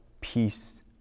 peace